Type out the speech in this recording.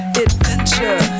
adventure